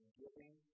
giving